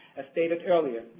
as stated earlier,